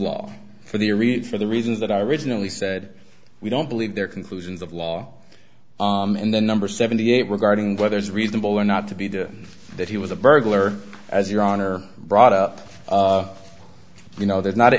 law for the for the reasons that i originally said we don't believe their conclusions of law and the number seventy eight regarding whether it's reasonable or not to be the that he was a burglar as your honor brought up you know there's not an